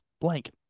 blank